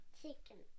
chicken